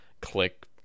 click